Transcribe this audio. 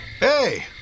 Hey